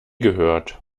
gehört